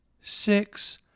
Six